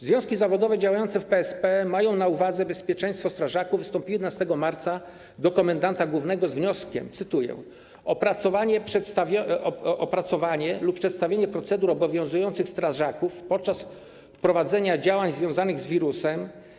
Związki zawodowe działające w PSP, mając na uwadze bezpieczeństwo strażaków, wystąpiły 11 marca do komendanta głównego z wnioskiem, cytuję: o opracowanie lub przedstawienie procedur obowiązujących strażaków podczas prowadzenia działań związanych z wirusem.